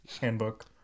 Handbook